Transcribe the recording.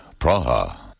Praha